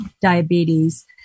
diabetes